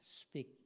speak